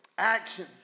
action